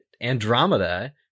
Andromeda